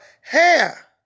hair